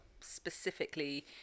specifically